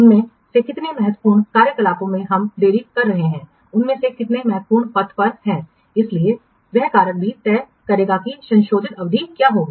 उनमें से कितने महत्वपूर्ण कार्यकलापों में हम देरी कर रहे हैं उनमें से कितने महत्वपूर्ण पथ पर हैं इसलिए वह कारक भी तय करेगा कि संशोधित अवधि क्या होगी